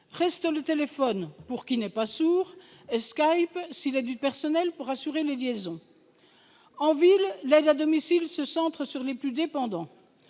Reste le téléphone, pour qui n'est pas sourd, et Skype, s'il est du personnel pour assurer les liaisons ... En ville, l'aide à domicile se concentre sur les plus dépendants.